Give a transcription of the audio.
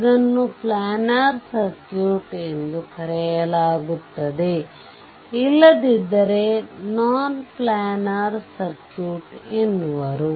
ಇದನ್ನು planar circuit ಎಂದು ಕರೆಯಲಾಗುತ್ತದೆ ಇಲ್ಲದಿದ್ದರೆ ನೋನ್ ಪ್ಲ್ಯಾನರ್ ಸರ್ಕ್ಯೂಟ್ ಎನ್ನುವರು